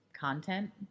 content